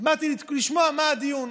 אז באתי לשמוע מה הדיון.